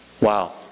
wow